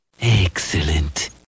Excellent